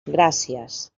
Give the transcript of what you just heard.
gràcies